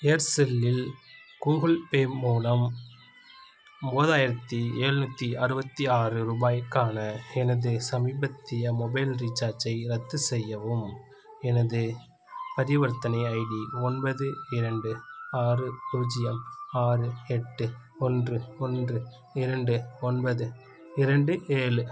ஏர்செல்லில் Google Pay மூலம் ஒன்பதாயிரத்தி ஏழ்நூத்தி அறுபத்தி ஆறு ரூபாய்க்கான எனது சமீபத்திய மொபைல் ரீசார்ஜை ரத்து செய்யவும் எனது பரிவர்த்தனை ஐடி ஒன்பது இரண்டு ஆறு பூஜ்ஜியம் ஆறு எட்டு ஒன்று ஒன்று இரண்டு ஒன்பது இரண்டு ஏழு